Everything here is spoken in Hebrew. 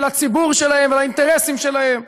לציבור שלהם ולאינטרסים שלהם,